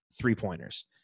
three-pointers